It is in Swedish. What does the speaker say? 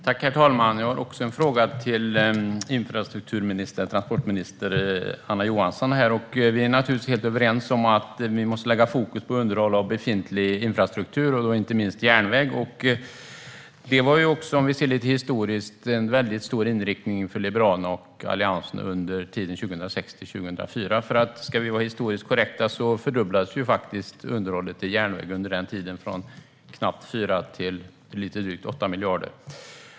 Herr talman! Jag har också en fråga till infrastrukturminister och transportminister Anna Johansson. Vi är naturligtvis helt överens om att vi måste ha fokus på underhåll av befintlig infrastruktur, inte minst järnväg. Det var också - vi kan se på det lite historiskt - en väldigt stor inriktning för Liberalerna och Alliansen under tiden 2006-2014. Ska vi vara historiskt korrekta fördubblades faktiskt underhållet till järnväg under den tiden, från knappt 4 till lite drygt 8 miljarder.